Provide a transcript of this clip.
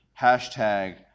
Hashtag